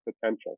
potential